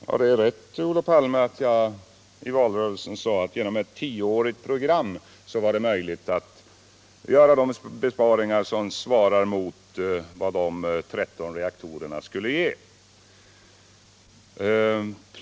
Herr talman! Ja, det är riktigt, Olof Palme, att jag i valrörelsen sade att det skulle vara möjligt att genom att följa ett tioårigt sparprogram göra energibesparingar motsvarande vad de 13 reaktorerna skulle kunna ge.